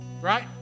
Right